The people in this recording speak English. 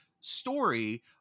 story